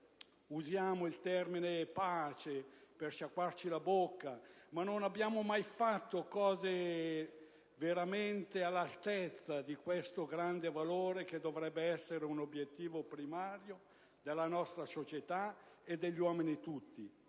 usiamo il termine «pace» per sciacquarci la bocca, ma non abbiamo mai fatto cose veramente all'altezza di questo grande valore che dovrebbe essere un obiettivo primario della nostra società e degli uomini tutti;